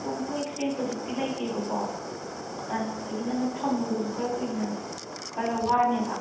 ꯀꯣꯝꯄ꯭ꯔꯦꯛꯁꯦ ꯍꯧꯖꯤꯛꯇꯤ ꯂꯩꯇꯦꯕꯀꯣ ꯑꯥ ꯑꯗꯒꯤ ꯅꯪꯅ ꯊꯝꯕꯗꯁꯨ ꯈꯔ ꯀꯨꯏꯅ ꯈꯔ ꯋꯥꯅꯦꯕ